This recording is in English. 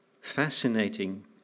fascinating